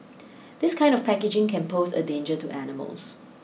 this kind of packaging can pose a danger to animals